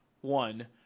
one